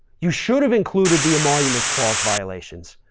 you should've included the emoluments clause violations.